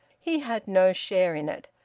he had no share in it,